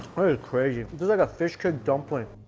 crazy, this is like a fishcake dumpling